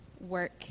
work